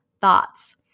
thoughts